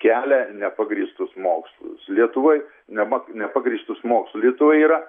kelia nepagrįstus mokslus lietuvoj nema nepagrįstus mokslu lietuvoj yra